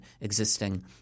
existing